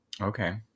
Okay